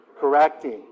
correcting